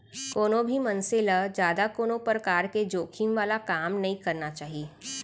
कोनो भी मनसे ल जादा कोनो परकार के जोखिम वाला काम नइ करना चाही